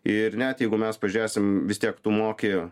ir net jeigu mes pažiūrėsim vis tiek tu moki